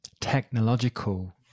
technological